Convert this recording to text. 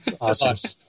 awesome